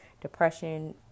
depression